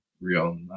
real